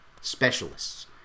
specialists